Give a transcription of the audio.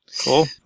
Cool